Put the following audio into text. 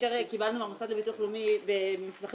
כאשר קיבלנו מהמוסד לביטוח לאומי במסמכים